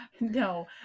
no